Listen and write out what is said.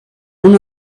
اون